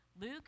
Luke